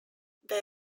they